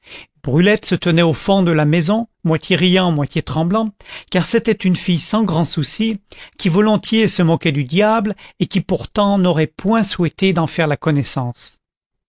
brulette se tenait au fond de la maison moitié riant moitié tremblant car c'était une fille sans grand souci qui volontiers se moquait du diable et qui pourtant n'aurait point souhaité d'en faire la connaissance